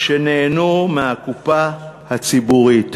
שנהנו מהקופה הציבורית,